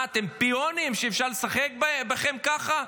מה אתם, פיונים, שאפשר לשחק בכם ככה?